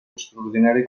extraordinari